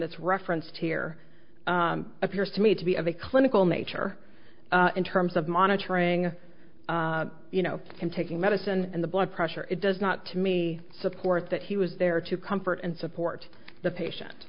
that's referenced here appears to me to be of a clinical nature in terms of monitoring you know in taking medicine and the blood pressure it does not to me support that he was there to comfort and support the patient